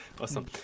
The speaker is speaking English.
Awesome